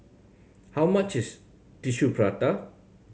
how much is Tissue Prata